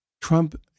Trump